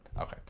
okay